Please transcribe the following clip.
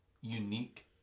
unique